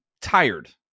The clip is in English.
tired